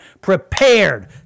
prepared